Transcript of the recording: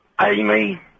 Amy